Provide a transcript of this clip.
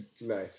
nice